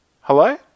Hello